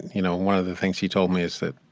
you know, one of the things he told me is that.